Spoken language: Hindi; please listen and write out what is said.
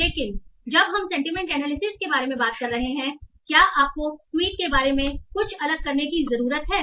लेकिन जब हम सेंटीमेंट एनालिसिस के बारे में बात कर रहे हैं क्या आपको ट्वीट के बारे में कुछ अलग करने की ज़रूरत है